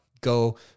go